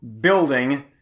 building